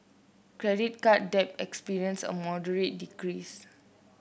credit card debt experienced a moderate decrease